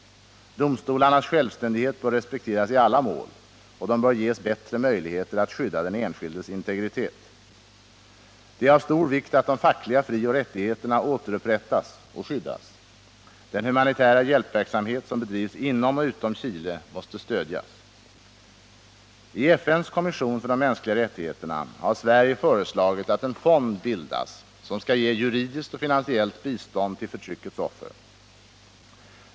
Domstolarnas självständighet bör respekteras i alla mål, och de bör ges bättre möjligheter att skydda den enskildes integritet. Det är av stor vikt att de fackliga frioch rättigheterna återupprättas och skyddas. Den humanitära hjälpverksamhet som bedrivs inom och utom Chile måste Nr 50 stödjas. I FN:s kommission för de mänskliga rättigheterna har Sverige Fredagen den föreslagit att en fond bildas som skall ge juridiskt och finansiellt bistånd till 8 december 1978 förtryckets offer.